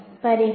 പരിഹാരം